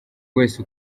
wese